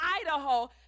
Idaho